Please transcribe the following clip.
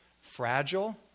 fragile